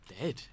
dead